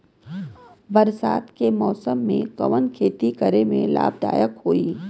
बरसात के मौसम में कवन खेती करे में लाभदायक होयी?